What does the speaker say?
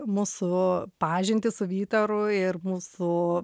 mūsų pažintį su vytaru ir mūsų